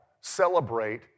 celebrate